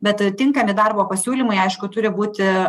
bet tinkami darbo pasiūlymai aišku turi būti